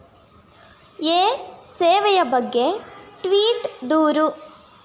A ಸೇವೆಯ ಬಗ್ಗೆ tweet ದೂರು